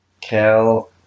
Cal